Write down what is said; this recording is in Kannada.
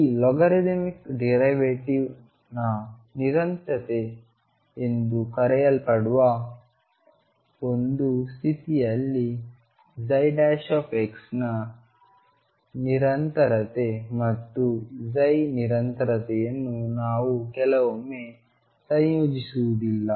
ಈಗ ಲಾಗರಿಥಮಿಕ್ ಡಿರೈವೆಟಿವ್ ನ ನಿರಂತರತೆ ಎಂದು ಕರೆಯಲ್ಪಡುವ ಒಂದು ಸ್ಥಿತಿಯಲ್ಲಿ ನ ನಿರಂತರತೆ ಮತ್ತು ನಿರಂತರತೆಯನ್ನು ನಾವು ಕೆಲವೊಮ್ಮೆ ಸಂಯೋಜಿಸುವುದಿಲ್ಲ